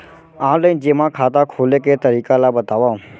Online जेमा खाता खोले के तरीका ल बतावव?